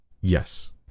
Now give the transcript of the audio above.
yes